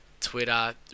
Twitter